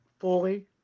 fully